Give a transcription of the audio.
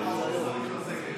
הוא דיבר על יאיר לפיד,